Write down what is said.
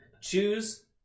Choose